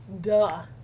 duh